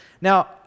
Now